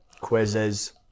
quizzes